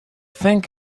thing